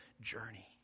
journey